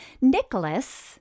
Nicholas